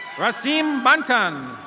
raseem banton.